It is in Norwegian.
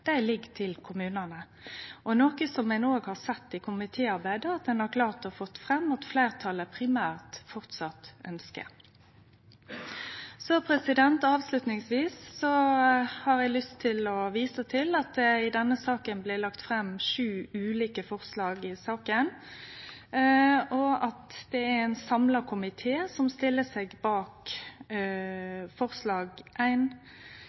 ligg hos kommunane – noko ein òg har sett i komitéarbeidet og har klart å få fram at fleirtalet primært framleis ønskjer. Avslutningsvis har eg lyst til å vise til at det i denne saka blir lagt fram sju ulike forslag til vedtak, og at det er ein samla komité som stiller seg bak